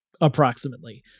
approximately